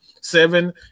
seven